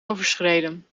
overschreden